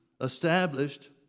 established